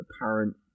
apparent